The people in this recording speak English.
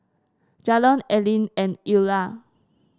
Jalon Aleen and Eulah